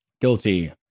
Guilty